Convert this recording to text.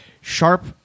sharp